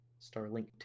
Starlink